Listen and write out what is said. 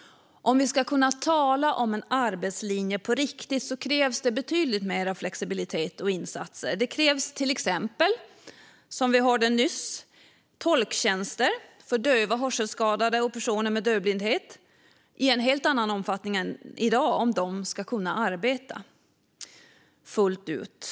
Om vi ska kunna tala om en arbetslinje på riktigt krävs det betydligt mer flexibilitet och insatser. Det krävs till exempel, som vi hörde nyss, tolktjänster för döva, hörselskadade och personer med dövblindhet i en helt annan omfattning än i dag om de ska kunna arbeta fullt ut.